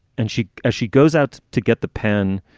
and she as she goes out to get the pen,